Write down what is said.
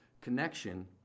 Connection